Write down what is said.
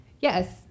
yes